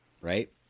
right